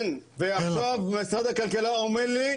כן ועכשיו משרד הכלכלה אומר לי,